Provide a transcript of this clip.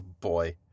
boy